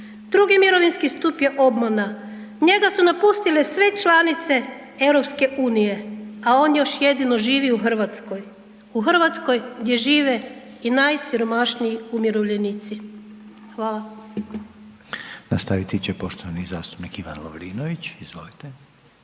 Drugi mirovinski stup je obmana, njega su napustile sve članice EU, a on još jedino živi u RH, u RH gdje žive i najsiromašniji umirovljenici. Hvala. **Reiner, Željko (HDZ)** Nastaviti će poštovani zastupnik Ivan Lovrinović, izvolite.